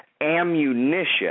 ammunition